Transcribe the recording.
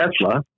Tesla